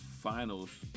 finals